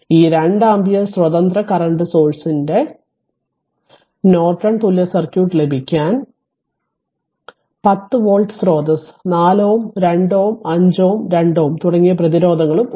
ഈ 2 ആമ്പിയർ സ്വതന്ത്ര സ്രോതസ്സിൻറെ നോർട്ടൺ തുല്യ സർക്യൂട്ട് ലഭിക്കാൻ 10 വോൾട്ട് സ്രോതസ്സ് 4Ω 2Ω 5Ω 2Ω തുടങ്ങിയ പ്രതിരോധങ്ങളും ഉണ്ട്